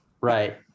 Right